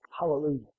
Hallelujah